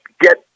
get